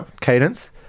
Cadence